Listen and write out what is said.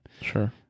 sure